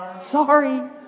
Sorry